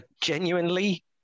Genuinely